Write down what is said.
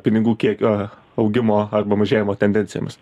pinigų kiekio augimo arba mažėjimo tendencijomis